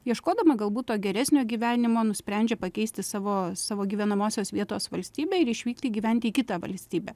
ieškodama galbūt to geresnio gyvenimo nusprendžia pakeisti savo savo gyvenamosios vietos valstybę ir išvykti gyventi į kitą valstybę